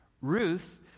Ruth